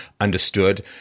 understood